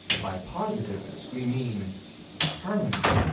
by positiveness we mean harmony,